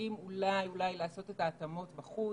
שיודעים אולי אולי לעשות התאמות בחוץ,